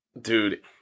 Dude